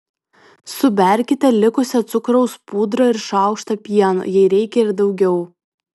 suberkite likusią cukraus pudrą ir šaukštą pieno jei reikia ir daugiau